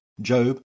Job